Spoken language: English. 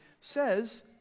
says